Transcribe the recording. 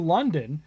London